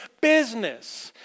business